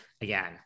again